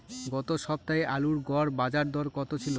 গত সপ্তাহে আলুর গড় বাজারদর কত ছিল?